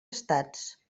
estats